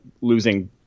losing